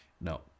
No